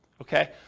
okay